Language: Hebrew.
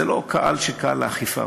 זה לא קהל שקל לאכיפה,